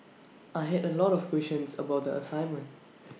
I had A lot of questions about the assignment